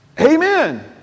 Amen